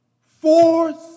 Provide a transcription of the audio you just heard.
four